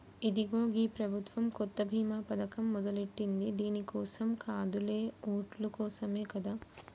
ఇదిగో గీ ప్రభుత్వం కొత్త బీమా పథకం మొదలెట్టింది దీని కోసం కాదులే ఓట్ల కోసమే కదా